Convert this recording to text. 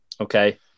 Okay